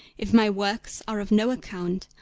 if my works are of no account,